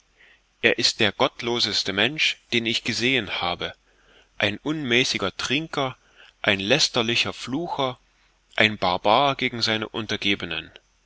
er ist der gottloseste mensch den ich gesehen habe ein unmäßiger trinker ein lästerlicher flucher ein barbar gegen seine untergebenen